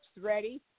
ready